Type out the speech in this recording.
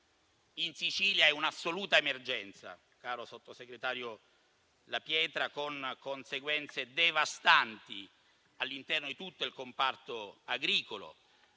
In Sicilia è un'assoluta emergenza, caro sottosegretario La Pietra, con conseguenze devastanti all'interno di tutto il comparto agricolo.